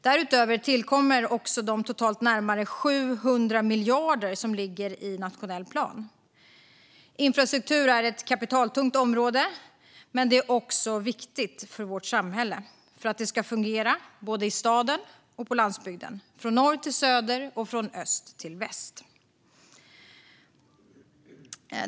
Därutöver tillkommer de totalt närmare 700 miljarder som ligger i nationell plan. Infrastruktur är ett kapitaltungt område men också viktigt för att vårt samhälle ska fungera både i staden och på landsbygden, från norr till söder och från öst till väst.